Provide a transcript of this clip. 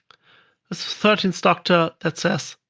ah thirteenth doctor that says,